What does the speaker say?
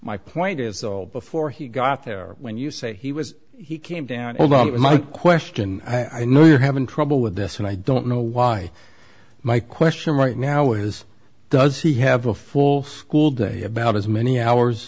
my point is old before he got there when you say he was he came down with my question i know you're having trouble with this and i don't know why my question right now is does he have a full school day about as many hours